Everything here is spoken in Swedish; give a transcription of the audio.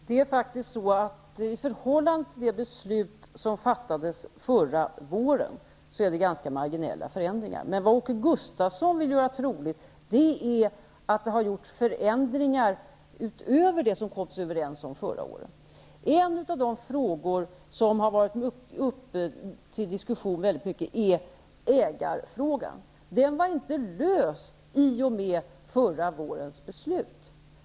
Herr talman! I förhållande till det beslut som fattades förra våren är det faktiskt ganska marginella förändringar. Vad Åke Gustavsson vill göra troligt är att det har gjorts förändringar utöver vad som överenskoms förra året. En av de frågor som har varit uppe till diskussion väldigt mycket är ägarfrågan. Den har inte lösts i och med förra vårens beslut.